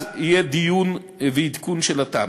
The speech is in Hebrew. אז יהיה דיון ועדכון של התמ"א.